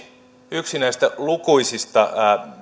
yksi näistä lukuisista